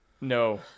No